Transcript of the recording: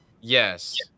Yes